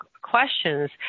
questions